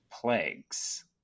plagues